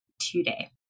today